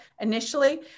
initially